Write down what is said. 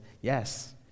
yes